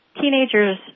teenagers